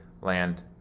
land